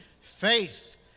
Faith